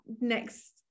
next